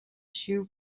shoe